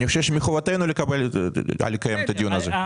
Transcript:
אני חושב שמחובתנו לקיים את הדיון הזה.